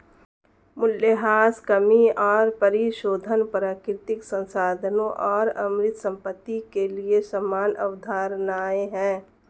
मूल्यह्रास कमी और परिशोधन प्राकृतिक संसाधनों और अमूर्त संपत्ति के लिए समान अवधारणाएं हैं